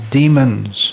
demons